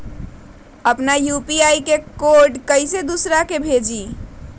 अपना यू.पी.आई के कोड कईसे दूसरा के भेजी?